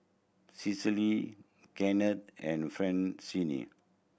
Cecile Kennth and Francine